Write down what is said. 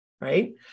Right